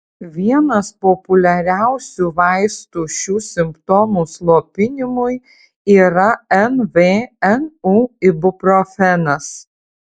vienas populiariausių vaistų šių simptomų slopinimui yra nvnu ibuprofenas